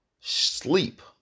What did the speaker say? Sleep